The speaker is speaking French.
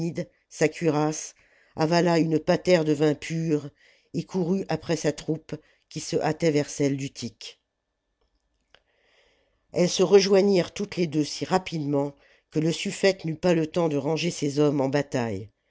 sa cuirasse avala une patère de vin pur et courut après sa troupe qui se hâtait vers celle d'utique elles se rejoignirent toutes les deux si rapidement que le suffète n'eut pas le temps de ranger ses hommes en bataille